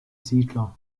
siedler